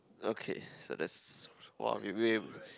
okay so that's